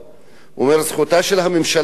הוא אומר שזכותה של הממשלה לדרוש,